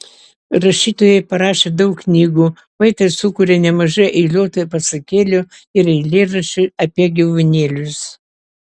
rašytojai parašė daug knygų poetai sukūrė nemažai eiliuotų pasakėlių ir eilėraščių apie gyvūnėlius